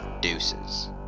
deuces